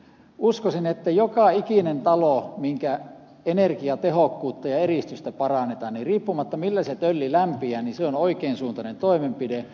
uskoisin että joka ikisessä talossa jonka energiatehokkuutta ja eristystä parannetaan se on oikeansuuntainen toimenpide riippumatta siitä millä se tölli lämpiää